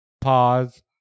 pause